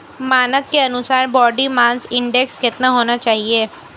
मानक के अनुसार बॉडी मास इंडेक्स कितना होना चाहिए?